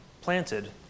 planted